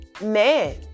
man